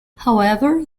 however